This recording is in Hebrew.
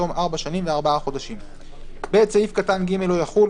תום ארבע שנים וארבעה חודשים"; (ב)סעיף קטן (ג) לא יחול,